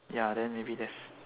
ya then maybe that's